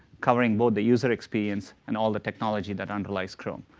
covering both the user experience and all the technology that underlies chrome.